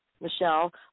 Michelle